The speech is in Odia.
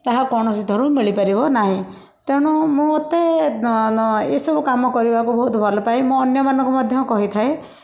ତାହା କୌଣସିଥରୁ ମିଳିପାରିବ ନାହିଁ ତେଣୁ ମୁଁ ତେ ଏସବୁ କାମ କରିବାକୁ ବହୁତ ଭଲପାଏ ମୁଁ ଅନ୍ୟମାନଙ୍କୁ ମଧ୍ୟ କହିଥାଏ